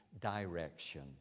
direction